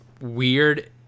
weird